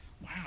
Wow